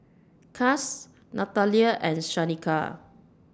Cass Natalya and Shanika